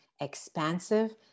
expansive